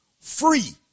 free